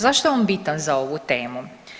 Zašto je on bitan za ovu temu?